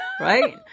right